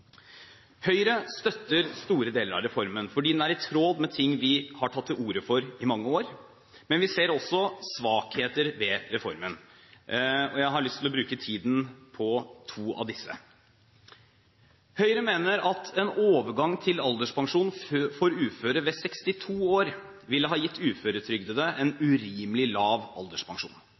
Høyre støtter store deler av reformen, fordi den er i tråd med ting vi har tatt til orde for i mange år, men vi ser også svakheter ved reformen. Jeg har lyst til å bruke tiden på to av disse. Høyre mener at en overgang til alderpensjon for uføre ved 62 år ville ha gitt uføretrygdede en urimelig lav alderspensjon.